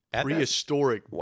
Prehistoric